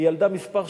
היא ילדה מספר שמונה.